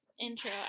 intro